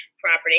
property